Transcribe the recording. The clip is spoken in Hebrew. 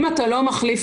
אם אתה לא מחליף